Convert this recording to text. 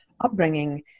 upbringing